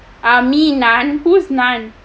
ah me nun who's nun